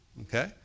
Okay